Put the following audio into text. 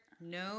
No